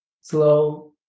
slow